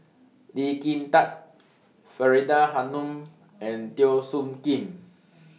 Lee Kin Tat Faridah Hanum and Teo Soon Kim